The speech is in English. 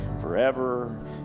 forever